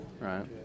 right